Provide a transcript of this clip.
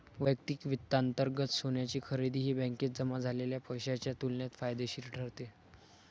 वैयक्तिक वित्तांतर्गत सोन्याची खरेदी ही बँकेत जमा झालेल्या पैशाच्या तुलनेत फायदेशीर ठरते